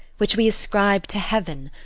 which we ascribe to heaven.